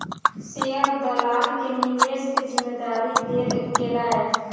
share दलाल के निवेश के जिम्मेदारी देल गेलै